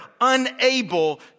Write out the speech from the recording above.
unable